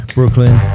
Brooklyn